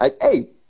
Hey